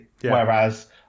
Whereas